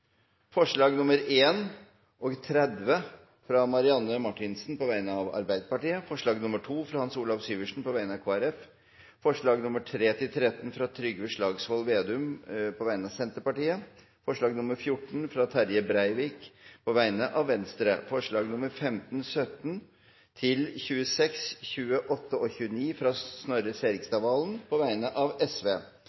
forslag. Det er forslagene nr. 1 og 30, fra Marianne Marthinsen på vegne av Arbeiderpartiet forslag nr. 2, fra Hans Olav Syversen på vegne av Kristelig Folkeparti forslagene nr. 3–13, fra Trygve Slagsvold Vedum på vegne av Senterpartiet forslag nr. 14, fra Terje Breivik på vegne av Venstre forslagene nr. 15, 17–26, 28 og 29, fra Snorre